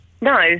No